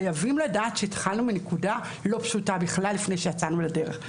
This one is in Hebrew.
חייבים לדעת שהתחלנו מנקודה לא פשוטה בכלל לפני שיצאנו לדרך.